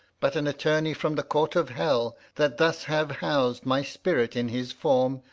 but an attorney from the court of hell, that thus have housed my spirit in his form,